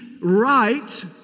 right